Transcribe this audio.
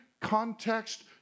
context